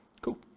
Cool